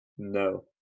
No